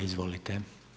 Izvolite.